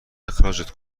اخراجت